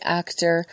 actor